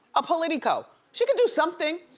a politico. she could do something.